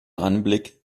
anblick